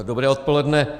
Dobré odpoledne.